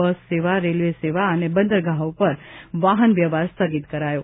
બસ સેવા રેલવે સેવા અને બંદરગાહો પર વાહન વ્યવહાર સ્થગિત કરાયો